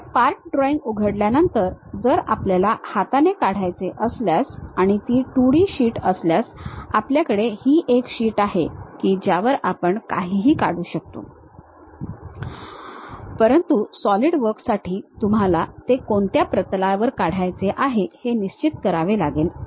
हे part drawing उघडल्यानंतर जर आपल्याला हाताने काढायचे असल्यास आणि ती 2D शीट असल्यास आपल्याकडे ही एक शीट आहे की ज्यावर आपण काहीही काढू शकतो परंतु सॉलिडवर्कसाठी तुम्हाला ते कोणत्या प्रतलावर काढायचे आहे हे निश्चित करावे लागेल